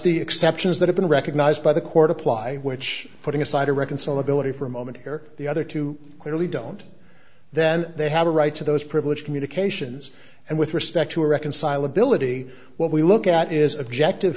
the exceptions that have been recognized by the court apply which putting aside a reconcile ability for a moment here the other two clearly don't then they have a right to those privileged communications and with respect to reconcile ability what we look at is objective